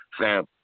Sam